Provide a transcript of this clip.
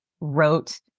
wrote